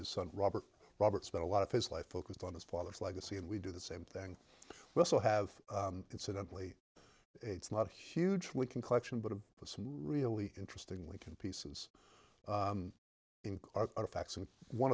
his son robert robert spent a lot of his life focused on his father's legacy and we do the same thing well so have incidentally it's not a huge we can collection but to put some really interesting we can pieces in clark are facts and one